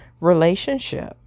relationship